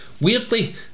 Weirdly